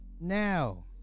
now